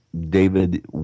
David